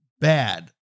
bad